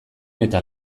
eta